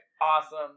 Awesome